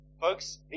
Folks